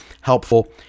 helpful